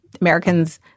Americans